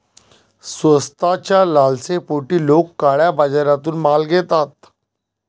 स्वस्ताच्या लालसेपोटी लोक काळ्या बाजारातून माल घेतात